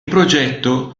progetto